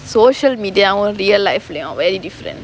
social media வும்:vum real life lah யும்:yum very different